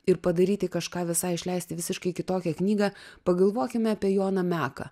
ir padaryti kažką visai išleisti visiškai kitokią knygą pagalvokime apie joną meką